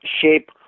shape